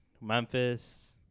Memphis